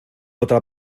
otra